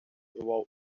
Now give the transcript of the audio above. wou